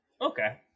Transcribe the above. Okay